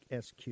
sq